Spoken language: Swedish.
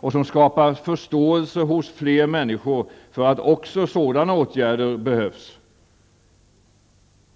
Det skapas förståelse hos människor för att också sådana åtgärder behövs,